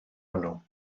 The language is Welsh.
hwnnw